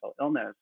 illness